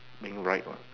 being right what